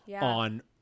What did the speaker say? on